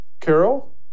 Carol